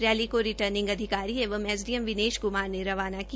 rally को returning अधिकारी एंव S D M Vinesh Kumar ने रवाना किया